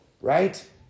right